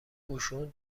اوشون